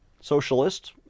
socialist